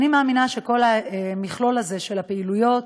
אני שמחה על שיתוף הפעולה בבית הזה.